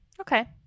Okay